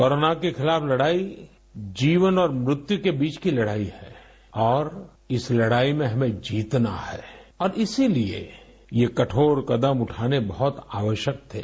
corona के खिलाफ लड़ाई जीवन और मृत्यु के बीच की लड़ाई है और इस लड़ाई में हमें जीतना है और इसीलिए ये कठोर कदम उठाने बहुत आवश्यक थे